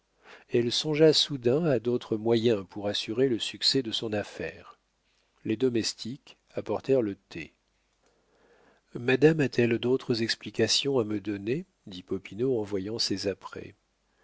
elle songea soudain à d'autres moyens pour assurer le succès de son affaire les domestiques apportèrent le thé madame a-t-elle d'autres explications à me donner dit popinot en voyant ces apprêts